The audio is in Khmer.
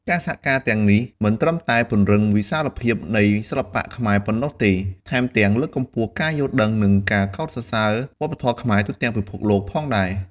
ការសហការទាំងនេះមិនត្រឹមតែពង្រីកវិសាលភាពនៃសិល្បៈខ្មែរប៉ុណ្ណោះទេ ថែមទាំងលើកកម្ពស់ការយល់ដឹង និងការកោតសរសើរវប្បធម៌ខ្មែរទូទាំងពិភពលោកផងដែរ។